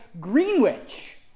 Greenwich